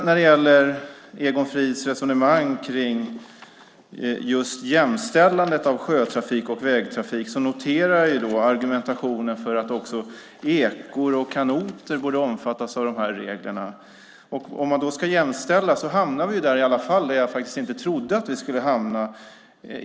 När det gäller Egon Frids resonemang om jämställandet av sjötrafik och vägtrafik noterar jag argumentationen för att också ekor och kanoter borde omfattas av reglerna. Om man ska jämställa dessa hamnar vi i alla fall där jag faktiskt inte trodde att vi skulle hamna.